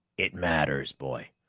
it matters, boy.